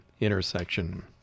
intersection